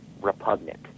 repugnant